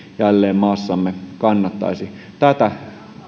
jälleen maassamme kannattaisi tätä